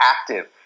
active